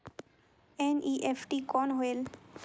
NEFT कौन होएल?